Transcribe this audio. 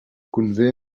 convé